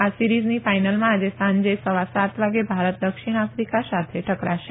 આ સીરીઝની ફાઈનલમાં આજે સાંજે સવા સાત વાગે ભારત દક્ષિણ આફિકા સાથે ટકરાશે